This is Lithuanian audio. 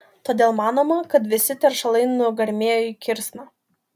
todėl manoma kad visi teršalai nugarmėjo į kirsną